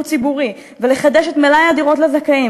ציבורי ולחדש את מלאי הדירות לזכאים,